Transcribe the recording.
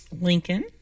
Lincoln